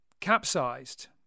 capsized